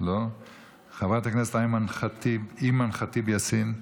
חברת הכנסת אימאן ח'טיב יאסין,